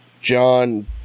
john